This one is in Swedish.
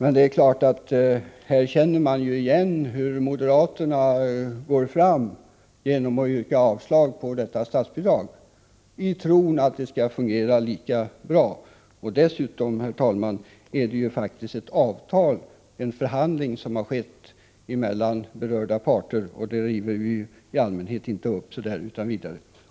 Men här känner man ju igen hur moderaterna går fram genom att yrka avslag på propositionen om statsbidrag i tron att det skall fungera lika bra utan detta bidrag. Dessutom, herr talman, är det här faktiskt fråga om ett avtal efter förhandlingar mellan berörda parter, och avtal river vi i allmänhet inte upp utan vidare.